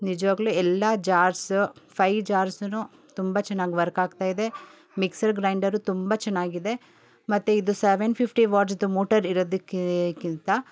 ನಿಜವಾಗ್ಲು ಎಲ್ಲ ಜಾರ್ಸ್ ಫೈ ಜಾರ್ಸುನು ತುಂಬ ಚೆನ್ನಾಗ್ ವರ್ಕ್ ಆಗ್ತಾಯಿದೆ ಮಿಕ್ಸರ್ ಗ್ರೈಂಡರು ತುಂಬ ಚೆನ್ನಾಗಿದೆ ಮತ್ತು ಇದು ಸವೆನ್ ಫಿಫ್ಟಿ ವಾಟ್ಸ್ದು ಮೋಟರ್ ಇರೋದಕ್ಕೇ ಕಿಂತ